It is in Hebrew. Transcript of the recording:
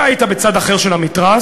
אתה היית בצד אחר של המתרס,